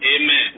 Amen